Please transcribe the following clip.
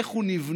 איך הוא נבנה,